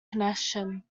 connection